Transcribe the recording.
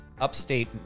upstate